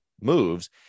moves